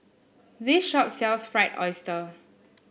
this shop sells Fried Oyster